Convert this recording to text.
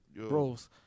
Bros